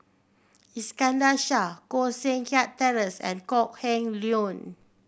Iskandar Shah Koh Seng Kiat Terence and Kok Heng Leun